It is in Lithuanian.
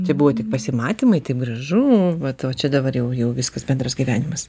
tai buvo tik pasimatymai taip gražu vat o jau čia dabar jau jau viskas bendras gyvenimas